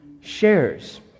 shares